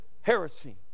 heresy